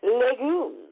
Legumes